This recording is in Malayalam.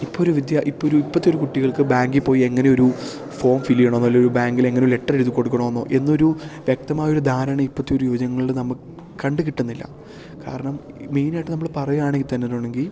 ഇപ്പൊരു വിദ്യ ഇപ്പൊരു ഇപ്പത്തെ ഒരു കുട്ടികൾക്ക് ബാങ്കിൽ പോയി എങ്ങനെ ഒരു ഫോം ഫിൽ ചെയ്യണമെന്നോ അല്ലേൽ ഒരു ബാങ്കില് എങ്ങനൊര് ലെറ്റർ എഴുതി കൊടുക്കണമെന്നോ എന്നൊരു വ്യക്തമായൊര് ധാരാണ ഇപ്പത്തെ ഒരു യുവജനങ്ങൾളില് നമ്മൾ കണ്ട് കിട്ടുന്നില്ല കാരണം മെയിനായിട്ട് നമ്മള് പറയുകയാണേൽ തന്നെയാണെങ്കിൽ